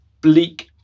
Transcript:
bleak